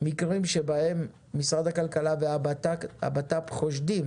מקרים שבהם משרד הכלכלה והמשרד לביטחון פנים חושדים